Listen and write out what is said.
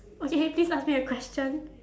okay please ask me a question